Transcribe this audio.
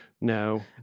no